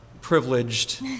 privileged